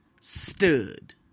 stood